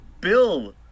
Bill